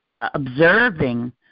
observing